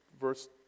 verse